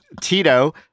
Tito